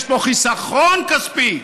יש פה חיסכון כספי,